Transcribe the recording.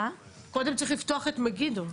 קודם צריך לפתוח את מגידו.